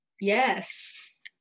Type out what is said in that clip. Yes